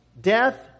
death